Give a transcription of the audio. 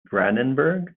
brandenburg